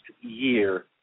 year